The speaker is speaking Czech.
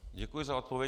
Děkuji za odpověď.